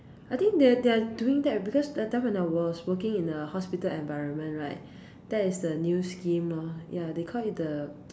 I think they're they're doing that because that time when I was working in a hospital environment right that is the new scheme loh ya they called it the